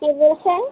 কে বলছেন